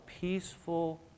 peaceful